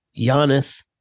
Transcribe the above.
Giannis